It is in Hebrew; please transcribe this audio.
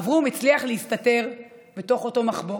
אברום הצליח להסתתר בתוך אותו מחבוא